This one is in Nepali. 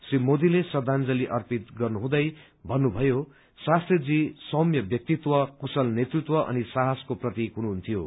श्री मोदीले श्रद्धांजलि अर्पित गर्नुहुँदै भन्नुभयो शास्त्रीजी सौम्य व्यक्तित्व कुशल नेतृत्व अनि साहसको प्रतीक हुनुहुन्थ्यो